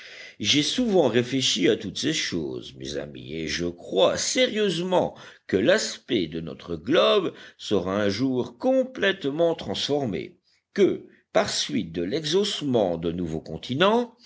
j'ai souvent réfléchi à toutes ces choses mes amis et je crois sérieusement que l'aspect de notre globe sera un jour complètement transformé que par suite de l'exhaussement de nouveaux continents